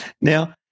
now